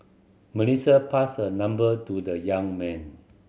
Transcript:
melissa passed her number to the young man